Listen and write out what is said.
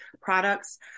products